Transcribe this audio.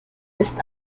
ist